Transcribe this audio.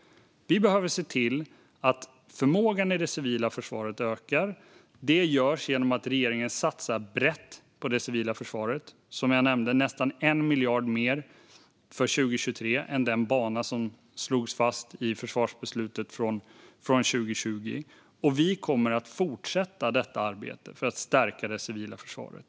Vi behöver se till att förmågan i det civila försvaret ökar. Det görs genom att regeringen satsar brett på det civila försvaret - som jag nämnde nästan 1 miljard mer för 2023 än den bana som slogs fast i försvarsbeslutet från 2020. Och vi kommer att fortsätta med detta arbete för att stärka det civila försvaret.